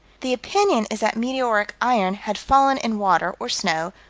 the opinion is that meteoric iron had fallen in water or snow,